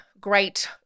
great